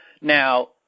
Now